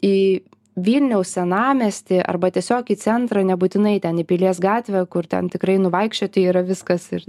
į vilniaus senamiestį arba tiesiog į centrą nebūtinai ten į pilies gatvę kur ten tikrai nuvaikščioti yra viskas ir